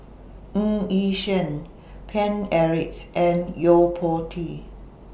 Ng Yi Sheng Paine Eric and Yo Po Tee